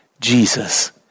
Jesus